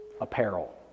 apparel